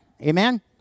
Amen